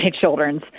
Children's